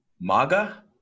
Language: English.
MAGA